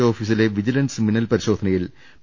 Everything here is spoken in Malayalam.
ഒ ഓഫീസിലെ വിജിലൻസ് മിന്നൽ പരി ശോധനയിൽ പി